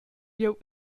jeu